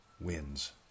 wins